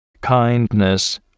kindness